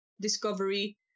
Discovery